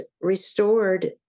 restored